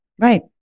Right